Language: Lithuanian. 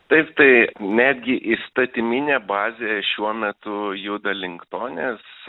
taip tai netgi įstatyminė bazė šiuo metu juda link to nes